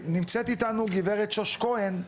ברשותכם, נמצאת איתנו גברת שוש כהן.